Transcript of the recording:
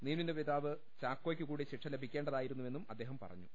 നീനുവിന്റെ പിതാവ് ചാക്കോ യ്ക്കു കൂടി ശിക്ഷ ലഭിക്കേണ്ടതായിരുന്നുപ്പെന്നും അദ്ദേഹം പറ ഞ്ഞു